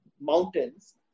mountains